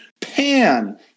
Pan